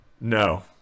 No